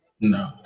No